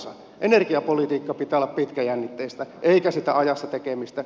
energiapolitiikan pitää olla pitkäjännitteistä eikä sitä ajassa tekemistä